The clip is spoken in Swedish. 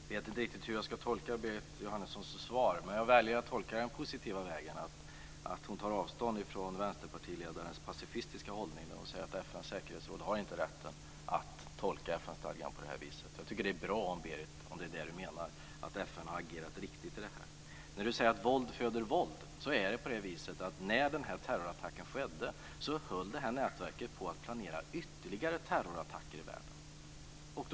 Fru talman! Jag vet inte riktigt hur jag ska tolka Berit Jóhannessons svar, men jag väljer att tolka det den positiva vägen, att hon tar avstånd från Vänsterpartiledarens pacifistiska hållning när hon säger att FN:s säkerhetsråd inte har rätten att tolka FN-stadgan på det här viset. Jag tycker att det är bra om Berit Jóhannesson menar att FN har agerat riktigt här. Berit Jóhannesson säger att våld föder våld. Det är på det viset att när terrorattackerna skedde höll det här nätverket på att planera ytterligare terrorattacker i världen.